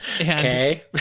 okay